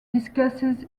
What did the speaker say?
discusses